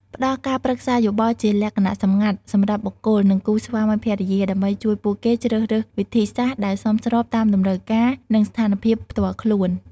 ផ្ដល់ការប្រឹក្សាយោបល់ជាលក្ខណៈសម្ងាត់សម្រាប់បុគ្គល និងគូស្វាមីភរិយា ដើម្បីជួយពួកគេជ្រើសរើសវិធីសាស្ត្រដែលសមស្របតាមតម្រូវការ និងស្ថានភាពផ្ទាល់ខ្លួន ។